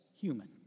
human